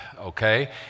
okay